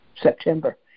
September